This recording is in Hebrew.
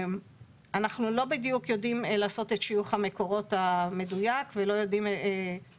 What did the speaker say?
אנחנו לא בדיוק יודעים לעשות את שיוך המקורות המדויק ולא יכולים